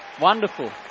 wonderful